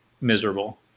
miserable